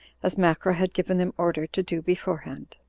as macro had given them order to do beforehand.